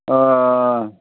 अ